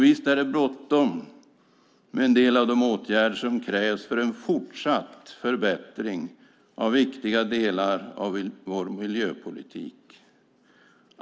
Visst är det bråttom med en del av de åtgärder som krävs för en fortsatt förbättring av viktiga delar av vår miljöpolitik.